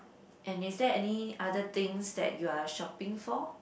and is there any other things that you are shopping for